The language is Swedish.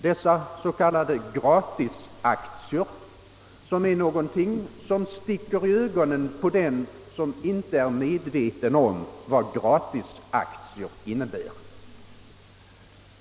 Dessa s.k. gratisaktier sticker i ögonen på den som inte är medveten om vad begreppet innebär.